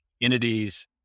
Entities